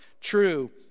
true